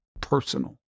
personal